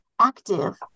active